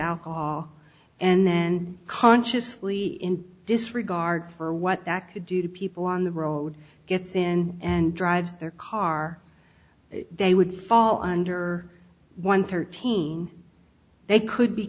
alcohol and then consciously in this regard for what that could do to people on the road gets in and drives their car they would fall under one thirteen they could be